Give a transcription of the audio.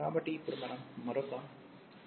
కాబట్టి ఇప్పుడు మనం మరొకటి ఊహిస్తాము